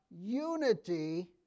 unity